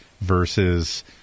versus